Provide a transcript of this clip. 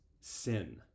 sin